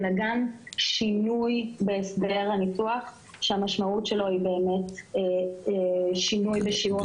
אלא גם שינוי בהסדר הניתוח שהמשמעות שלו היא באמת שינוי בשיעור החפיפה,